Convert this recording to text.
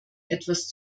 etwas